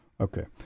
Okay